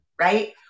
right